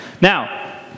Now